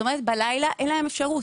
בלילה אין להם אפשרות,